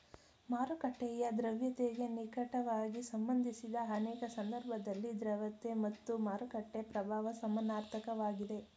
ಮಾರುಕಟ್ಟೆಯ ದ್ರವ್ಯತೆಗೆ ನಿಕಟವಾಗಿ ಸಂಬಂಧಿಸಿದ ಅನೇಕ ಸಂದರ್ಭದಲ್ಲಿ ದ್ರವತೆ ಮತ್ತು ಮಾರುಕಟ್ಟೆ ಪ್ರಭಾವ ಸಮನಾರ್ಥಕ ವಾಗಿದೆ